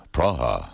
Praha